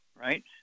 right